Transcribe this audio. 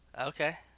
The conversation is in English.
Okay